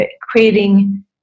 creating